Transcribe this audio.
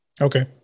Okay